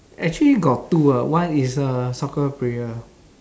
actually got two ah one is a soccer player